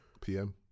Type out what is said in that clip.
PM